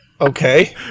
Okay